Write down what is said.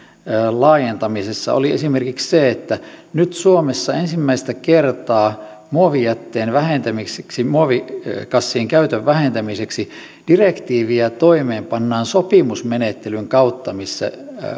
laajentamisessa oli esimerkiksi se että nyt suomessa ensimmäistä kertaa muovijätteen vähentämiseksi muovikassien käytön vähentämiseksi direktiiviä toimeenpannaan sopimusmenettelyn kautta missä